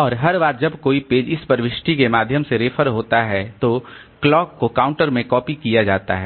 और हर बार जब कोई पेज इस प्रविष्टि के माध्यम से रेफर होता है तो घड़ी को काउंटर में कॉपी किया जाता है